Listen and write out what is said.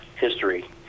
history